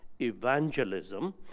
evangelism